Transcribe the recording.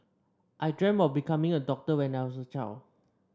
I dreamt of becoming a doctor when I was a child